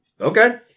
Okay